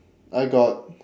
I got